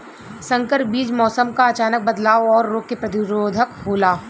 संकर बीज मौसम क अचानक बदलाव और रोग के प्रतिरोधक होला